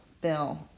Bill